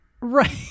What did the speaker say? right